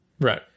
Right